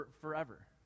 forever